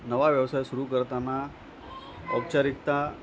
नवा व्यवसाय सुरू करताना औपचारिक्ता